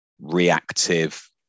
reactive